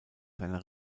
seiner